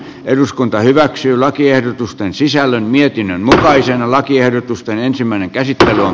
eduskunta hyväksyy lakiehdotusten sisällön mietinnän mutaiseen lakiehdotusten ensimmäinen käsittely on